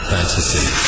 Fantasy